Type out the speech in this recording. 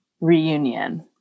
reunion